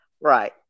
Right